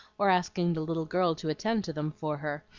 or asking the little girl to attend to them for her,